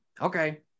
Okay